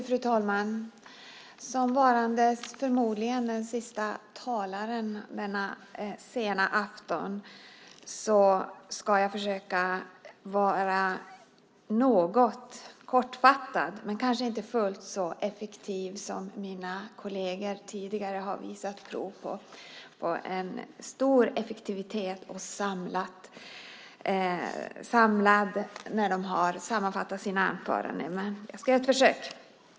Fru talman! Som varande, förmodligen, den sista talaren denna sena afton ska jag försöka vara något kortfattad men kanske inte fullt så effektiv som mina kolleger tidigare har varit. De har visat prov på en stor effektivitet när de har sammanfattat sina anföranden. Jag ska göra ett försök.